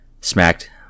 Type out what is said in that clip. smacked